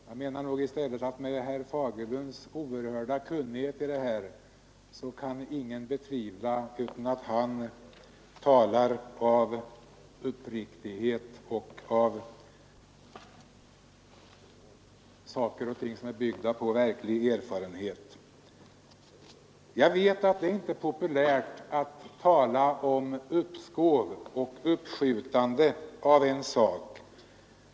Jag menar i stället att med hänsyn till herr Fagerlunds oerhörda kunnighet på detta område kan ingen betvivla att han talar av uppriktighet och framför synpunkter som är byggda på verklig erfarenhet. Jag vet att det inte är populärt att tala om uppskov och uppskjutande av en sak.